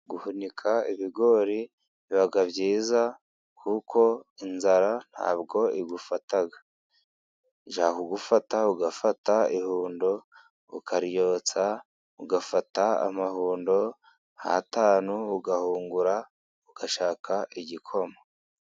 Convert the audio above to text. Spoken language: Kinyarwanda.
Guhunika ibigori biba byiza kuko inzara ntabwo igufata, ijya kugufata ugafata ihundo ukaryotsa, ugafata amahundo nk'atanu ugahungura ugashaka igikoma.